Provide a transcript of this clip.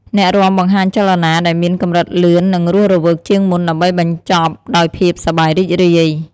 អ្នករាំបង្ហាញចលនាដែលមានកម្រិតលឿននិងរស់រវើកជាងមុន ដើម្បីបញ្ចប់ដោយភាពសប្បាយរីករាយ។